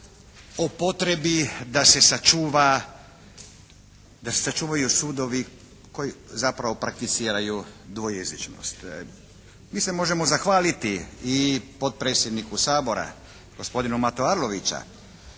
se sačuva, da se sačuvaju sudovi koji zapravo prakticiraju dvojezičnost. Mi se možemo zahvaliti i potpredsjedniku Sabora, gospodinu Mati Arloviću